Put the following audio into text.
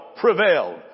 prevailed